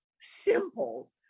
simple